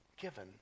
given